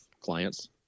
clients